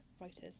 writers